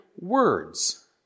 words